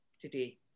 today